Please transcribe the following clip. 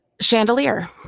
Chandelier